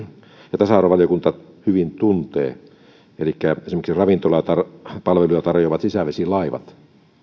ja tasa arvovaliokunta hyvin tuntee elikkä ravintolapalveluja tarjoavat sisävesilaivat